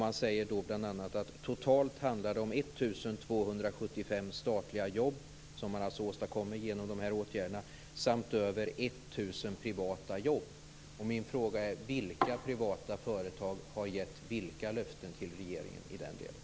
Man säger bl.a. att det totalt handlar om 1 275 statliga jobb, som man alltså åstadkommer genom de här åtgärderna, samt över 1 000 Min fråga är: Vilka privata företag har gett vilka löften till regeringen i den delen?